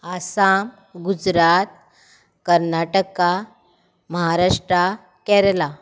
Assam Gujarat Karnataka Maharashtra Kerala